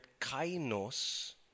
kainos